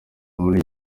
muri